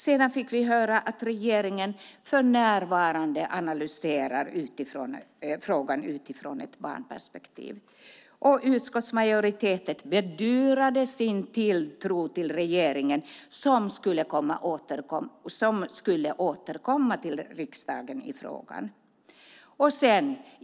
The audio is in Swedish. Sedan fick vi höra att regeringen "för närvarande analyserar frågan utifrån ett barnperspektiv", och utskottsmajoriteten bedyrade sin tilltro till regeringen, som skulle återkomma till riksdagen i frågan.